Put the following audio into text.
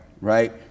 right